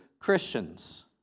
Christians